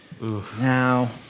Now